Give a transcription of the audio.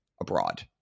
abroad